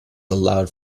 allowed